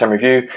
Review